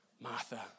Martha